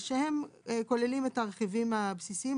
שהם כוללים את הרכיבים הבסיסיים,